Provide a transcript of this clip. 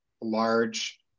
large